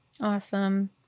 Awesome